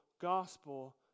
gospel